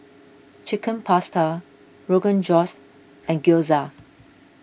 Chicken Pasta Rogan Josh and Gyoza